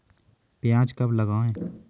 प्याज कब लगाएँ?